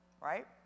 right